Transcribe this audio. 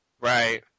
right